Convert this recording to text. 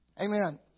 Amen